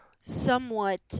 somewhat